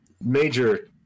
major